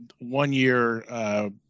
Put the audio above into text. one-year